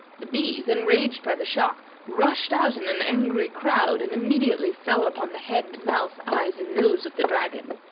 the bees, enraged by the shock, rushed out in an angry crowd and immediately fell upon the head, mouth, eyes, and nose of the dragon.